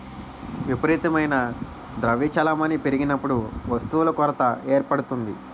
విపరీతమైన ద్రవ్య చలామణి పెరిగినప్పుడు వస్తువుల కొరత ఏర్పడుతుంది